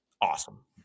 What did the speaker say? awesome